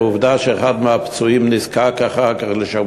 ועובדה שאחד מהפצועים נזקק אחר כך לשהות